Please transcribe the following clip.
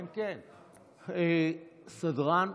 סדרן,